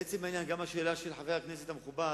לעצם העניין, גם השאלה של חבר הכנסת המכובד,